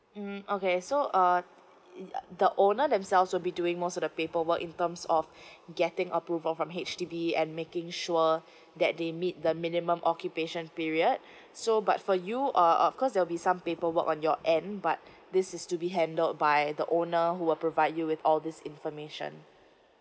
mm okay so uh ya the owner themselves will be doing most of the paperwork in terms of getting approval from H_D_B and making sure that they meet the minimum occupation period so but for you uh of course there will be some paperwork on your end but this is to be handled by the owner who will provide you with all this information